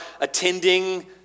attending